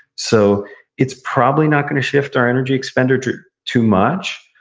so it's probably not going to shift our energy expenditure too much,